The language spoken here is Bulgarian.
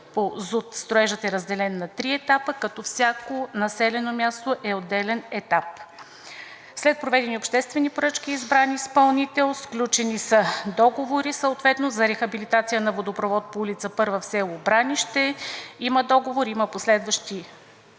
Строежът е разделен на три етапа, като всяко населено място е отделен етап. След проведени обществени поръчки е избран изпълнител, сключени са договори, съответно за рехабилитация на водопровод по улица „Първа“ в село Бранище. Има договор, има последващи